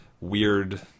Weird